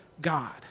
God